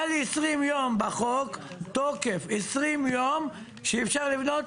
היה לי 20 יום בחוק תוקף, 20 יום שאפשר לבנות